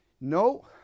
No